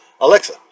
Alexa